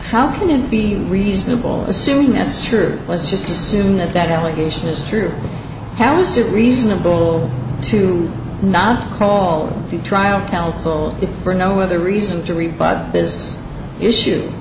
how can it be reasonable assuming it's true let's just assume that that allegation is true how is it reasonable to not call the trial counsel if for no other reason to rebut this issue